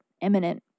imminent